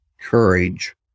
courage